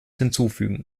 hinzufügen